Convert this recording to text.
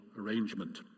arrangement